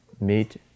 Meet